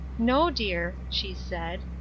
no, dear, she said,